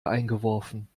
eingeworfen